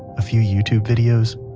a few youtube videos,